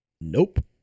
Nope